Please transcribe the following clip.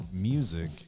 music